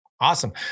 Awesome